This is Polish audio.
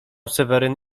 seweryn